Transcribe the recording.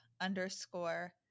underscore